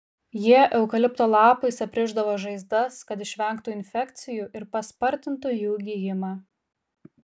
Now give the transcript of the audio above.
jie eukalipto lapais aprišdavo žaizdas kad išvengtų infekcijų ir paspartintų jų gijimą